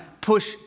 push